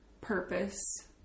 purpose